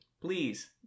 please